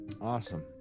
Awesome